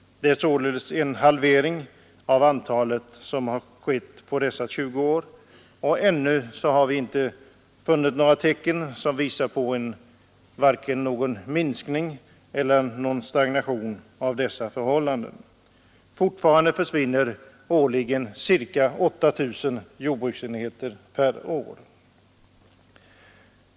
En halvering av antalet brukningsenheter har alltså skett på dessa år, och ännu har inga tecken visat sig på en stagnation eller minskning. Fortfarande försvinner ca 8 000 brukningsenheter per år.